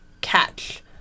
catch